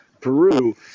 Peru